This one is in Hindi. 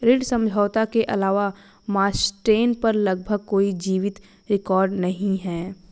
ऋण समझौते के अलावा मास्टेन पर लगभग कोई जीवित रिकॉर्ड नहीं है